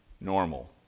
normal